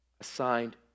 assigned